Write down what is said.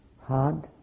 hard